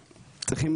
שצריכים,